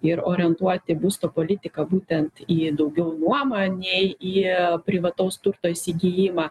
ir orientuoti būsto politiką būtent į daugiau nuomą nei į privataus turto įsigijimą